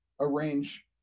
arrange